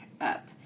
up